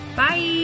bye